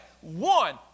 one